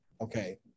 okay